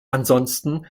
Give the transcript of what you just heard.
ansonsten